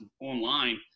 online